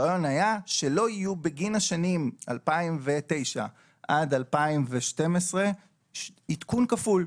הרעיון היה שלא יהיו בגין השנים 2009 עד 2012 עדכון כפול.